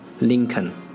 Lincoln